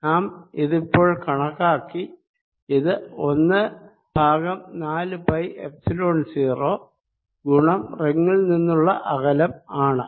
നാം ഇതിപ്പോൾ കണക്കാക്കി ഇത് ഒന്ന് ബൈ നാലു പൈ എപ്സിലോൺ 0 ഗുണം റിങ്ങിൽ നിന്നുള്ള അകലം ആണ്